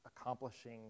accomplishing